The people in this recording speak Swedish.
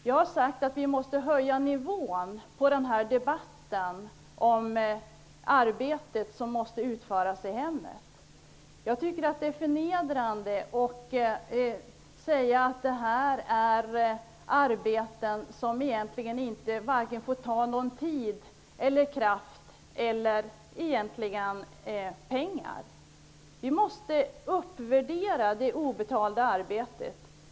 Jag har sagt att vi måste höja nivån på debatten om det arbete som måste utföras i hemmet. Jag tycker att det är förnedrande när man säger att detta är ett arbete som egentligen inte får ta någon tid och kraft eller några pengar i anspråk. Vi måste uppvärdera det obetalda arbetet.